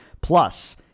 Plus